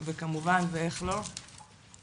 נדבות בצמתים בצפון הארץ וברחבי המדינה בכלל,